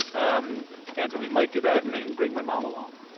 um and we might do that and and bring my mom along.